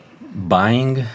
buying